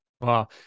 Wow